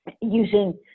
using